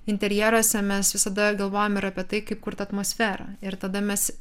interjeruose mes visada galvojam ir apie tai kaip kurt atmosferą ir tada mes